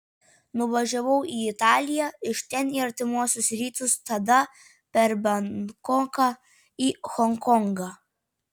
nuvažiavau į italiją iš ten į artimuosius rytus tada per bankoką į honkongą